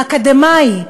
האקדמאי,